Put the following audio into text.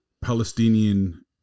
Palestinian